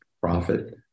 profit